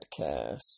podcast